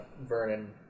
Vernon